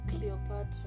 Cleopatra